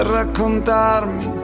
raccontarmi